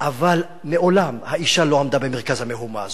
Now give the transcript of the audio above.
אבל מעולם האשה לא עמדה במרכז המהומה הזאת.